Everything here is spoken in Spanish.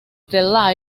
the